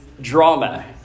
drama